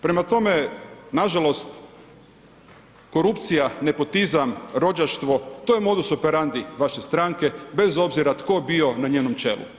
Prema tome, nažalost, korupcija, nepotizam, rođaštvo, to je modus operandi vaše stranke bez obzira tko bio na njenom čelu.